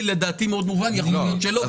לדעתי, הייתי מאוד מובן, ויכול להיות שלא.